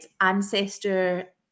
ancestor